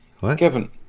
Kevin